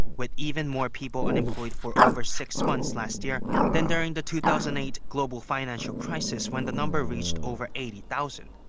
with even more people unemployed for over six months last year than during the two thousand and eight global financial crisis when the number reached over eighty thousand.